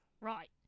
Right